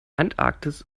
antarktis